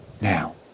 Now